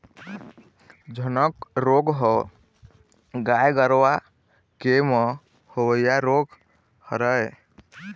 झनक रोग ह गाय गरुवा के म होवइया रोग हरय